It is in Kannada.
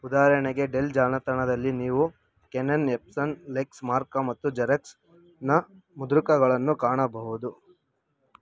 ಉದಾಹರಣೆಗೆ ಡೆಲ್ ಜಾಲತಾಣದಲ್ಲಿ ನೀವು ಕ್ಯನನ್ ಎಪ್ಸನ್ ಲೆಕ್ಸ್ಮಾರ್ಕ ಮತ್ತು ಜೆರಾಕ್ಸ್ನ ಮುದ್ರಕಗಳನ್ನು ಕಾಣಬಹುದು